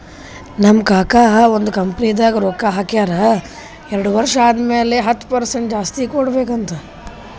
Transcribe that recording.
ನಮ್ ಕಾಕಾ ಒಂದ್ ಕಂಪನಿದಾಗ್ ರೊಕ್ಕಾ ಹಾಕ್ಯಾರ್ ಎರಡು ವರ್ಷ ಆದಮ್ಯಾಲ ಹತ್ತ್ ಪರ್ಸೆಂಟ್ ಜಾಸ್ತಿ ಕೊಡ್ಬೇಕ್ ಅಂತ್